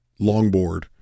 longboard